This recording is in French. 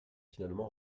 finalement